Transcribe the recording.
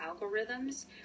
algorithms